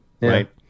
right